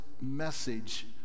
message